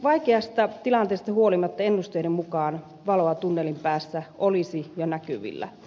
vaikeasta tilanteesta huolimatta ennusteiden mukaan valoa tunnelin päässä olisi jo näkyvillä